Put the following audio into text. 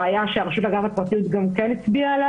בעיה שהרשות להגנת הפרטיות גם כן הצביעה עליה